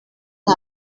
nta